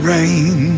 Rain